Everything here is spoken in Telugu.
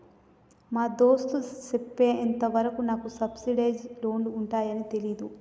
మా దోస్త్ సెప్పెంత వరకు నాకు సబ్సిడైజ్ లోన్లు ఉంటాయాన్ని తెలీదు